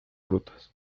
rutas